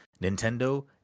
Nintendo